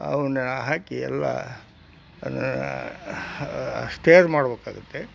ಅವನ್ನು ಹಾಕಿ ಎಲ್ಲ ಅದನ್ನು ಸ್ಟೇರ್ ಮಾಡಬೇಕಾಗುತ್ತೆ